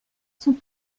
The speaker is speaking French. sont